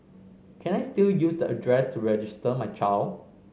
can I still use the address to register my child